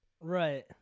right